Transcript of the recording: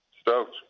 stoked